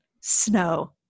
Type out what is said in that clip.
snow